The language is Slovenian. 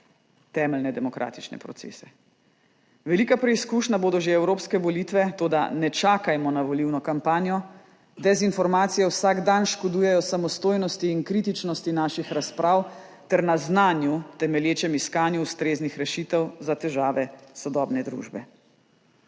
temeljne demokratične procese. Velika preizkušnja bodo že evropske volitve. Toda ne čakajmo na volilno kampanjo, dezinformacije vsak dan škodujejo samostojnosti in kritičnosti naših razprav ter na znanju temelječem iskanju ustreznih rešitev za težave sodobne družbe.